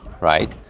right